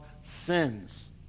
sins